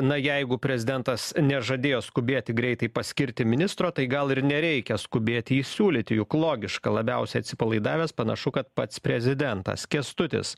na jeigu prezidentas nežadėjo skubėti greitai paskirti ministro tai gal ir nereikia skubėti jį siūlyti juk logiška labiausiai atsipalaidavęs panašu kad pats prezidentas kęstutis